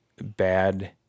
bad